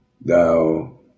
Thou